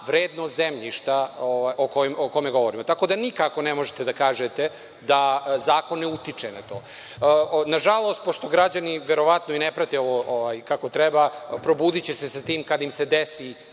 vrednost zemljišta o kome govorimo. Tako da nikako ne možete da kažete da zakon ne utiče na to. Nažalost, pošto građani verovatno i ne prate kako treba, probudiće se sa tim kada im se desi,